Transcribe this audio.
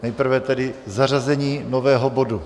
Nejprve tedy zařazení nového bodu.